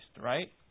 right